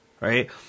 right